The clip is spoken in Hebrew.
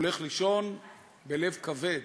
הולך לישון בלב כבד,